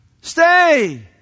Stay